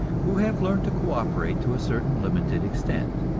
who have learned to co-operate to a certain limited extent.